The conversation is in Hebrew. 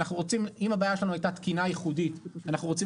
אם הבעיה שם הייתה תקינה ייחודית אנחנו רוצים